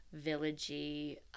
villagey